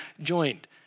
joined